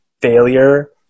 failure